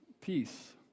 peace